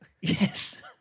Yes